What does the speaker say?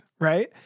Right